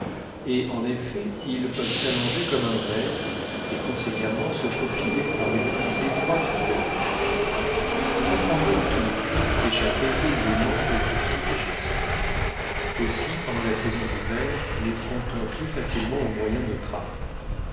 et en effet ils peuvent s'allonger comme un ver et conséquemment se faufiler par les plus étroites ouvertures on comprend donc qu'ils puissent échapper aisément aux poursuites des chasseurs aussi pendant la saison d'hiver les prend-on plus facilement au moyen de trappes